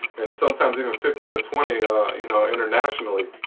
and sometimes even fifteen to twenty you know internationally.